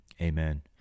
amen